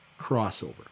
crossover